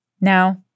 Now